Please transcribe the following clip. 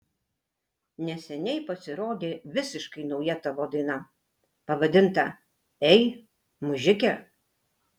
neseniai pasirodė visiškai nauja tavo daina pavadinta ei mužike